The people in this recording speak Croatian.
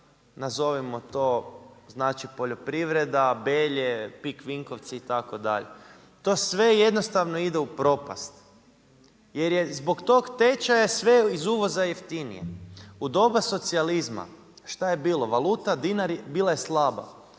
nazovimo to znači poljoprivreda, Belje, PIK Vinkovci itd., to sve jednostavno ide u propast jer je zbog tog tečaja sve iz uvoza jeftinije. U doba socijalizma šta je bilo? Valuta dinari bila je slaba.